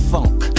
Funk